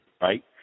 right